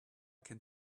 can